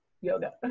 yoga